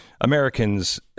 Americans